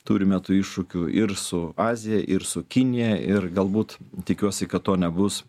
turime tų iššūkių ir su azija ir su kinija ir galbūt tikiuosi kad to nebus